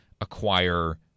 acquire